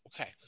okay